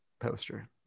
poster